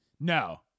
No